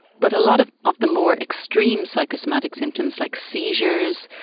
but a lot of of the more extreme psychosomatic symptoms like seizures,